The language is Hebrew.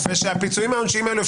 ושהפיצויים העונשיים האלה,